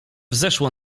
wzeszło